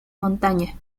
montaña